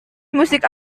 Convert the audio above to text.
musik